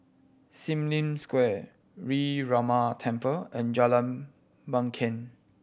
Sim Lim Square Sree Ramar Temple and Jalan Bangket